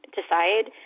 decide